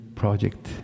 project